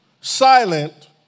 silent